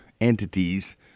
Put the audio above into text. entities